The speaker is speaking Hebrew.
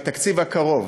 בתקציב הקרוב